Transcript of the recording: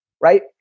right